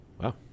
Wow